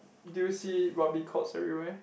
do you see rugby courts everywhere